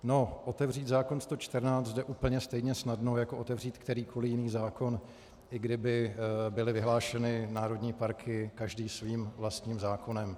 No, otevřít zákon 114 jde úplně stejně snadno jako otevřít kterýkoliv jiný zákon, i kdyby byly vyhlášeny národní parky každý svým vlastním zákonem.